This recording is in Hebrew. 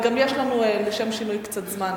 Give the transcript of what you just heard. מה גם שלשם שינוי יש לנו קצת זמן,